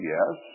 Yes